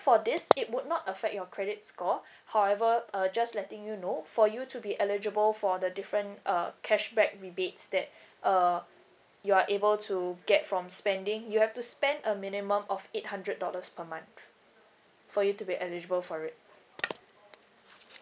for this it would not affect your credit score however uh just letting you know for you to be eligible for the different uh cashback rebates that uh you are able to get from spending you have to spend a minimum of eight hundred dollars per month for you to be eligible for it